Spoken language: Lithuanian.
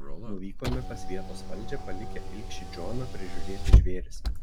nuvykome pas vietos valdžią palikę ilgšį džoną prižiūrėti žvėris